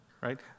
right